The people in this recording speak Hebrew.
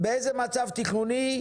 באיזה מצב תכנוני?